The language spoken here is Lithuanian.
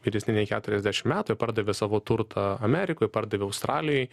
vyresni nei keturiasdešimt metų ir pardavė savo turtą amerikoj pardavė australijoj